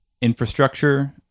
infrastructure